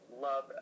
love